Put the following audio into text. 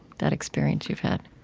that experience you've had